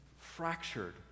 fractured